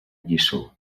lliçó